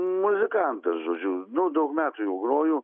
muzikantas žodžiu nu daug metų jau groju